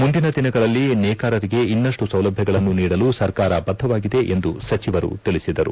ಮುಂದಿನ ದಿನಗಳಲ್ಲಿ ನೇಕಾರರಿಗೆ ಇನ್ನಷ್ಟು ಸೌಲಭ್ಯಗಳನ್ನು ನೀಡಲು ಸರ್ಕಾರ ಬದ್ದವಾಗಿದೆ ಎಂದು ಎಂದು ಸಚಿವರು ತಿಳಿಸಿದರು